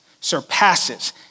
surpasses